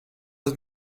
las